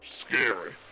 scary